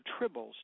tribbles